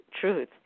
Truth